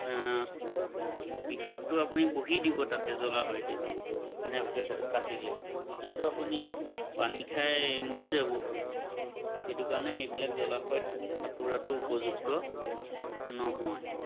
বিষতটো আপুনি বহি দিব তাতে জলাশয়তে কেনেকৈ কাটিলে তেতিয়াতো আপুনি পানী খাই মৰি যাব সেইটো কাৰণে সেইবিলাক জলাশয়ত সাঁতোৰাটো উপযুক্ত নহয়